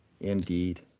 indeed